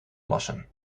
lassen